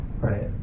right